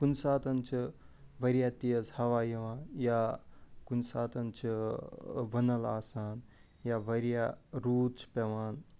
کُنہِ ساتہٕ چھِ وارِیاہ تیز ہوا یِوان یا کُنہِ ساتہٕ چھِ وٕنل آسان یا وارِیاہ روٗد چھِ پٮ۪وان